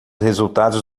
resultados